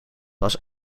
was